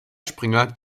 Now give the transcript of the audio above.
springer